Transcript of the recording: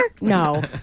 No